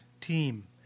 team